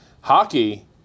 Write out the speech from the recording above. Hockey